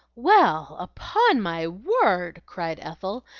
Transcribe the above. well, upon my word! cried ethel,